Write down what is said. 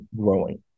growing